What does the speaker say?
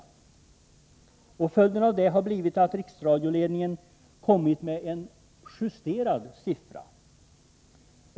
Följden av det har blivit att riksradioledningen kommit med en justerad siffra.